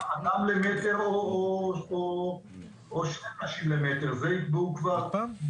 אדם למטר או שני אנשים למטר זה יקבעו כוחות הביטחון.